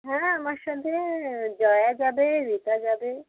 হ্যাঁ আমার সাথে জয়া যাবে রীতা যাবে